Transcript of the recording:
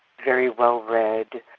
very well read,